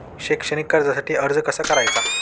शैक्षणिक कर्जासाठी अर्ज कसा करायचा?